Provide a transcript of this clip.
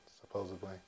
supposedly